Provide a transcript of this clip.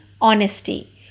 honesty